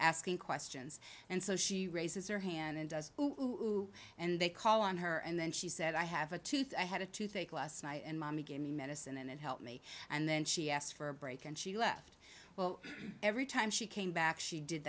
asking questions and so she raises her hand and does and they call on her and then she said i have a tooth i had a tooth ache last night and mommy gave me medicine and it helped me and then she asked for a break and she left well every time she came back she did